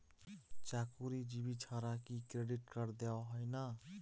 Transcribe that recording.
চাকুরীজীবি ছাড়া কি ক্রেডিট কার্ড দেওয়া হয় না?